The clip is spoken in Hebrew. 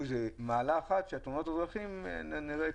בתאונות הדרכים.